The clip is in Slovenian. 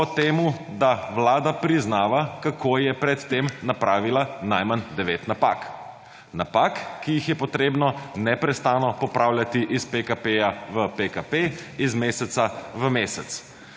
o tem, da vlada priznava kako je pred tem napravila najmanj devet napak, napak, ki jih je potrebno neprestano popravljati iz PKP v PKP iz meseca v mesec.